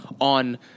on